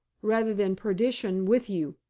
rather than perdition with you?